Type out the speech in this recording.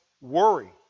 worry